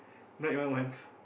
not even once